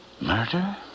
murder